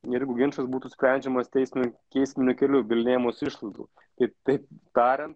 ir jeigu ginčas būtų sprendžiamas teismin teisminiu keliu bylinėjimosi išlaidų tai taip tariant